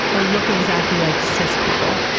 or look exactly like cis people.